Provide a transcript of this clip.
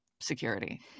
security